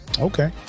okay